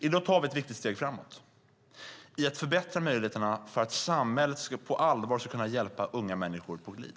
I dag tar vi ett viktigt steg framåt i att förbättra möjligheterna för att samhället på allvar ska kunna hjälpa unga människor på glid.